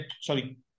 Sorry